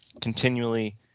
continually